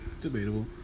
Debatable